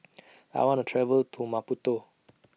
I want to travel to Maputo